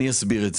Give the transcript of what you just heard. ואני אסביר.